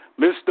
Mr